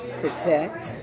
protect